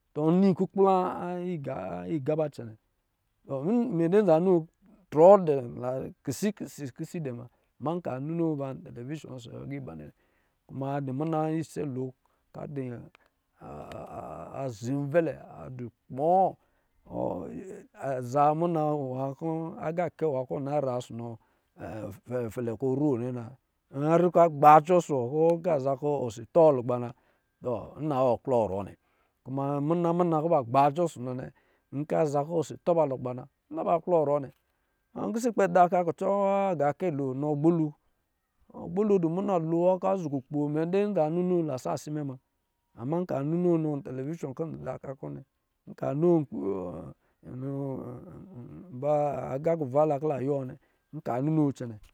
Tɔ nnini ikurpla igaba cɛnɛ, m dɛ nza noo trɔɔ dɛ muna, kisi k dɛ muna ama nka ninoo ntelevishɔ aga ba nnɛ kuma adɔ̄ muna isɛ la kɔ̄ a civɛlɛ, a dɔ̄ kpɔ aza muna agā kɛ nwa kɔ̄ ɔ na ra ɔsɔ̄ nɔ fɛlɛ-fɛlɛ kɔ̄ ɔ na ra yari ka gbacɔ ɔsɔ̄ wɔ aza kɔ̄ osi atɔ lugba na tɔ nna wɔ klɔ ruwɔ nnɛ, kuma muna-muna kɔ ba gbacɔ ɔsɔ̄ nnɛ nkɔ̄ za kɔ̄ oh a tɔba lugba nna naaba aklɔ rw nnɛ npɛsɛ ikpɛ da oka kucɔ agan kɛ nɔ gbolu, gbolu a dɔ mune lo w kɔ̄ a zi kukpo. mɛ dɛ nza nino na sā si muna ama nka ninoo nɔ ntelevishɔ kɔ̄ dɔ̄ da ka kɔ̄ nnɛ nko nɔ nkpi aga kwala kɔ̄ a dɔ yiwɔ nna